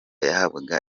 yahabwaga